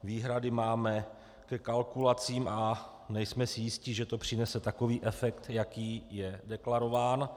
Výhrady máme ke kalkulacím a nejsme si jisti, že to přinese takový efekt, jaký je deklarován.